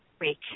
week